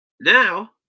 now